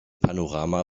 panorama